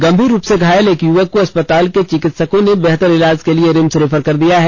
गम्भीर रूप से घायल एक युवक को अस्पताल के चिकित्सकों ने बेहतर इलाज के लिए रिम्स रेफर कर दिया है